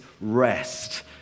rest